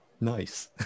nice